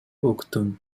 уктум